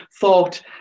thought